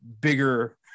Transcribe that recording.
bigger